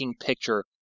picture